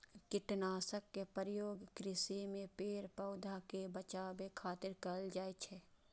कीटनाशक के प्रयोग कृषि मे पेड़, पौधा कें बचाबै खातिर कैल जाइ छै